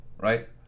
right